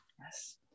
yes